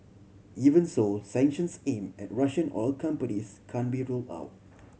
even so sanctions aimed at Russian oil companies can't be ruled out